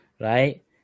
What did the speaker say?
Right